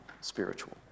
spiritual